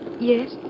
Yes